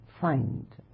find